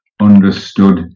understood